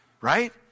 right